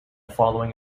following